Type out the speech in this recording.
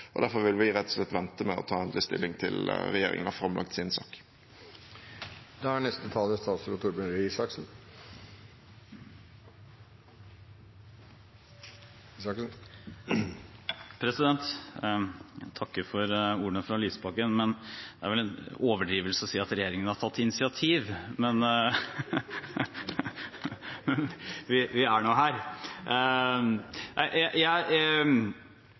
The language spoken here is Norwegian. fungert. Derfor vil vi rett og slett vente med å ta endelig stilling til regjeringen har framlagt sin sak. Jeg takker for ordene fra Lysbakken. Det er vel en overdrivelse å si at regjeringen har tatt initiativ, men vi er nå her. Bare et par innledende kommentarer: Jeg